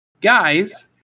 Guys